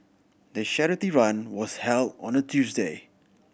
the charity run was held on a Tuesday